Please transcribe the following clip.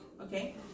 okay